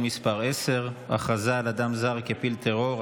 מס' 10) (הכרזה על אדם זר כפעיל טרור),